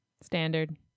standard